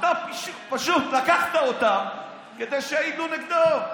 אתה פשוט לקחת אותם כדי שיעידו נגדו.